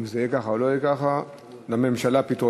אם זה יהיה ככה או לא יהיה ככה, לממשלה פתרונים.